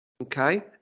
okay